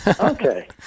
Okay